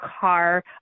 car